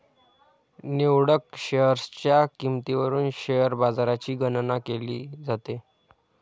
निवडक शेअर्सच्या किंमतीवरून शेअर बाजाराची गणना केली जाते